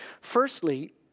Firstly